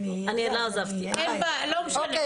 אני לא עזבתי אז.